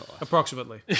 Approximately